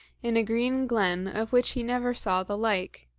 in a green glen, of which he never saw the like.